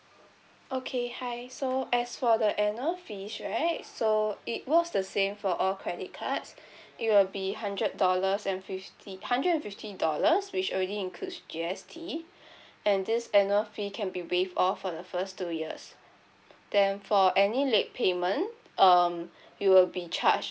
okay hi so as for the annual fees right so it works the same for all credit cards it will be hundred dollars and fifty hundred and fifty dollars which already includes G_S_T and this annual fee can be waived off for the first two years then for any late payment um you will be charged